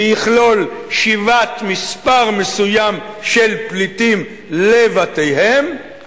ויכלול שיבת מספר מסוים של פליטים לבתיהם,